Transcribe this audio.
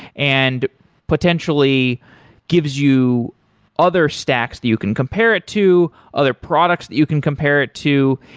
and potentially gives you other stacks that you can compare it to, other products that you can compare it to.